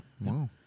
Wow